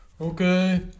Okay